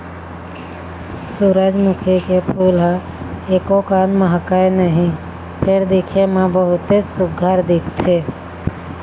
सूरजमुखी के फूल ह एकोकन महकय नहि फेर दिखे म बहुतेच सुग्घर दिखथे